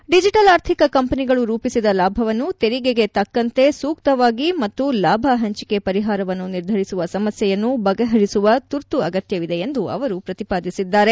digital ಆರ್ಥಿಕ ಕಂಪನಿಗಳು ರೂಪಿಸಿದ ಲಾಭವನ್ನು ತೆರಿಗೆಗೆ ತಕ್ಕಂತೆ ಸೂಕ್ತವಾಗಿ ಮತ್ತು ಲಾಭ ಹಂಚಿಕೆ ಪರಿಹಾರವನ್ನು ನಿರ್ಧರಿಸುವ ಸಮಸ್ಲೆಯನ್ನು ಬಗೆಹರಿಸುವ ತುರ್ತು ಅಗತ್ಯವಿದೆ ಎಂದು ಪ್ರತಿಪಾದಿಸಿದ್ದಾರೆ